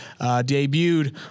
debuted